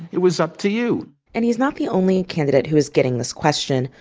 it was up to you and he's not the only candidate who was getting this question.